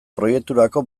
proiekturako